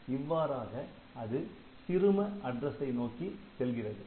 இவ்வாறாக அது சிறும அட்ரசை நோக்கி செல்கிறது